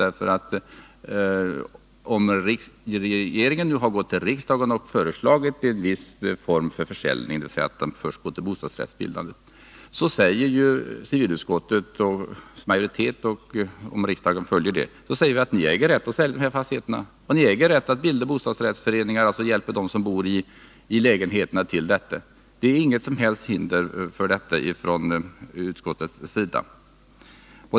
När regeringen nu har gått till riksdagen och föreslagit en viss form för försäljning, dvs. att man först skall bilda bostadsrätter, säger civilutskottets majoritet: Ni äger rätt att sälja fastigheterna, och ni äger rätt att hjälpa dem som bor i lägenheterna att bilda bostadsrättsföreningar. Det finns inget som helst hinder för detta från utskottets sida.